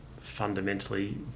fundamentally